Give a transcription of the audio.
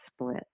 split